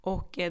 Och